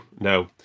no